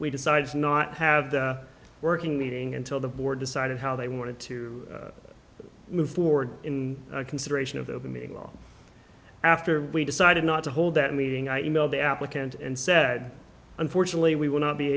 we decided to not have the working meeting until the board decided how they wanted to move forward in consideration of the meeting long after we decided not to hold that meeting i emailed the applicant and said unfortunately we will not be